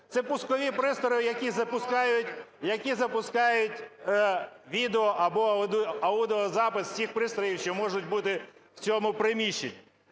запускають... які запускають відео або аудіо-запис всіх пристроїв, що можуть бути в цьому приміщенні.